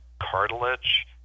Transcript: cartilage